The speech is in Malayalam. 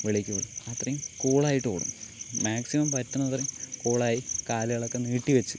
വെളിയിലേക്ക് വിടും അത്രയും കൂളായിട്ട് ഓടും മാക്സിമം പറ്റുന്ന അത്രയും കൂളായി കാലുകളൊക്കെ നീട്ടി വച്ച്